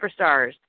Superstars